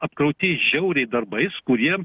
apkrauti žiauriai darbais kuriem